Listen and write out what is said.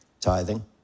Tithing